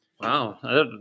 Wow